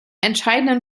entscheidenden